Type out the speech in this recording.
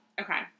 Okay